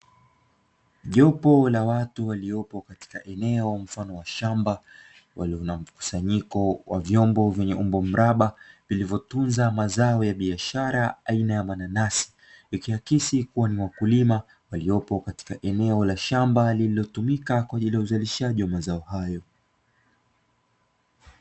Jopo la watu waliopo katika eneo mfano wa shamba, walio na mkusanyiko wa vyombo vyenye umbo mraba, vilivyotunza mazao ya biashara aina ya mananasi, ikiakisi kuwa ni wakulima waliopo katika eneo la shamba linalotumika kwa ajili ya uzalishaji wa mazao hayo.